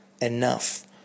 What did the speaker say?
enough